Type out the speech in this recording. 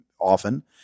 often